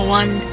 one